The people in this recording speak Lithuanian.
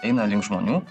eina link žmonių